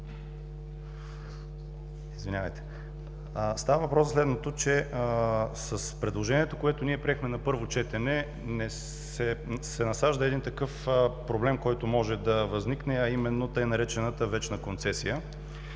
четене. Става въпрос за следното. С предложението, което ние приехме на първо четене, се насажда един проблем, който може да възникне, а именно така наречената „вечна концесия“.